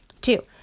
Two